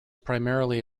primarily